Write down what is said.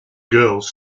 girls